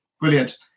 brilliant